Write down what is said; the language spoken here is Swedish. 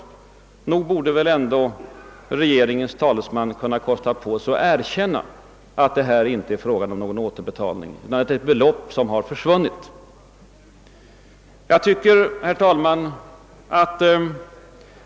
Nog borde väl ändå regeringens talesman kunna kosta på sig att erkänna att det inte är fråga om en återbetalning utan om ett belopp som har försvunnit.